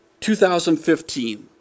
2015